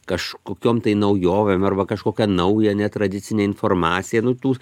kažkokiom tai naujovėm arba kažkokia nauja netradicine informacija nu tų